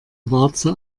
warze